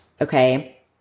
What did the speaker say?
Okay